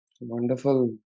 wonderful